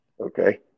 Okay